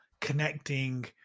connecting